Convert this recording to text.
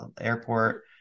airport